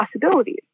possibilities